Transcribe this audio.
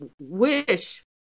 wish